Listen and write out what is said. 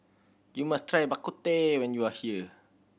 you must try Bak Kut Teh when you are here